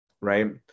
Right